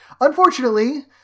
unfortunately